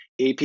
AP